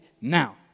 now